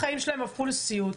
החיים שלהם הפכו לסיוט,